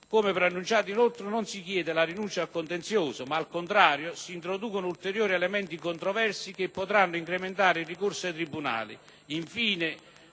Come preannunciato, inoltre, non si chiede la rinuncia al contenzioso, ma al contrario si introducono ulteriori elementi controversi, che potranno incrementare il ricorso ai tribunali.